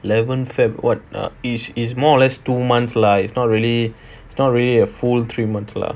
eleven feb [what] err is is more or less two months lah it's not really it's not really a full three month lah